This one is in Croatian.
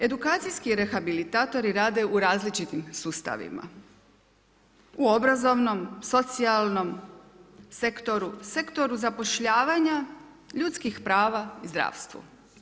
Edukacijski rehabilitatori rade u različitim sustavima, u obrazovnom, socijalnom sektoru, Sektoru zapošljavanja, ljudskih prava i zdravstvu.